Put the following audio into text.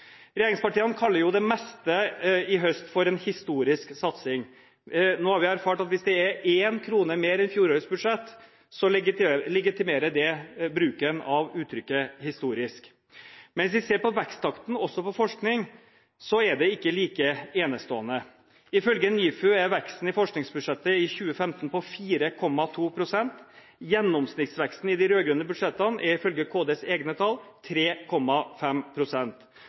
Regjeringspartiene kaller det meste i høst for en historisk satsing. Nå har vi erfart at hvis det er én krone mer på budsjettet enn det det var på fjorårets budsjett, legitimerer det bruken av uttrykket «historisk». Men hvis vi ser på veksttakten i forskningsbudsjettet, er det ikke like enestående. Ifølge NIFU er veksten i forskningsbudsjettet for 2015 på 4,2 pst. Gjennomsnittsveksten i de rød-grønne budsjettene er, ifølge Kunnskapsdepartementets egne tall,